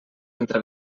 entre